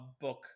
Book